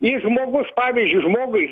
jis žmogus pavyzdžiui žmogui